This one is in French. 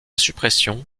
suppression